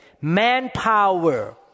manpower